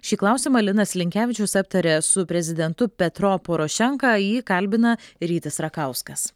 šį klausimą linas linkevičius aptarė su prezidentu petro porošenka jį kalbina rytis rakauskas